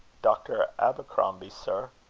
dr. abercrombie, sir,